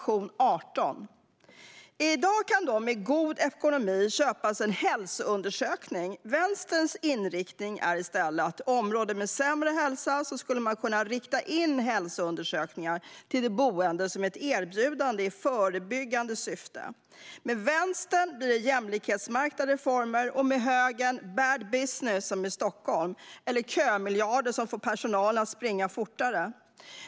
I dag kan den med god ekonomi köpa sig en hälsoundersökning. Vänsterns inriktning är i stället att i områden med sämre hälsa skulle man kunna rikta in hälsoundersökningar till de boende som ett erbjudande i förebyggande syfte. Med Vänstern blir det jämlikhetsmärkta reformer och med högern bad business som i Stockholm eller kömiljarder som får personalen att springa fortare.